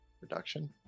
reduction